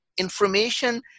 information